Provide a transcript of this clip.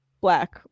black